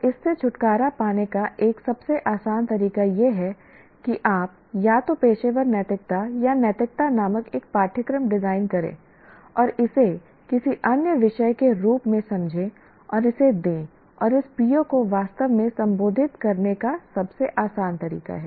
तो इससे छुटकारा पाने का एक सबसे आसान तरीका यह है कि आप या तो पेशेवर नैतिकता या नैतिकता नामक एक पाठ्यक्रम डिजाइन करें और इसे किसी अन्य विषय के रूप में समझें और इसे दें और इस PO को वास्तव में संबोधित करने का सबसे आसान तरीका है